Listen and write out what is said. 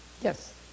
Yes